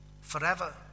forever